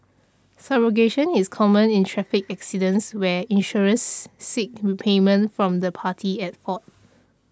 subrogation is common in traffic accidents where insurers seek repayment from the party at fault